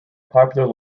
popular